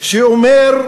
שאומר: